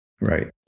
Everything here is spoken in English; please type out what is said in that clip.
Right